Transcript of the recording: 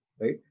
right